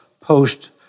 post